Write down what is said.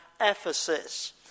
Ephesus